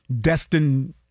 destined